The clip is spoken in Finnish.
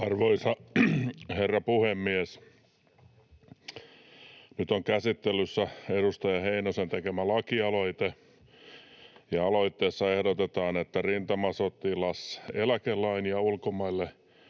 Arvoisa herra puhemies! Nyt on käsittelyssä edustaja Heinosen tekemä lakialoite, ja aloitteessa ehdotetaan, että rintamasotilaseläkelain ja ulkomaille